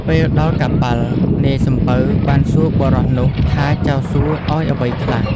ពេលដល់កប៉ាល់ នាយសំពៅបានសួរបុរសនោះថាចៅសួឱ្យអ្វីខ្លះ។